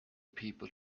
people